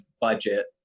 budget